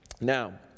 Now